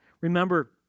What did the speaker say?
Remember